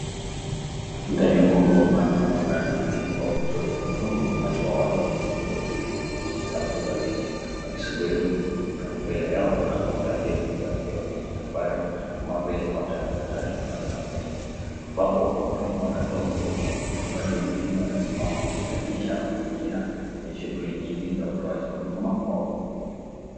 Ndani ya ukumbi upana ambao unafanana na benki au kituo cha huduma umati wa watu wameketi kwa utulivu kwenye safu za viti wakisubiria kuhudumiwa. Mbele yao kuna counter ndefu za vioo zenye nambari kama vile counter number tatu counter number nne ambapo wahudumu wanatoa huduma. Watu wengine wanasimama wakionyesha mazingira yenye shughuli nyingi za utoaji huduma kwa uma.